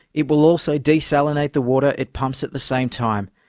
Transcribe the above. it will also desalinate the water it pumps at the same time.